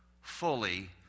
fully